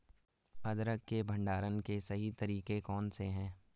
अदरक के भंडारण के सही तरीके कौन से हैं?